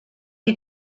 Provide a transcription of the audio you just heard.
you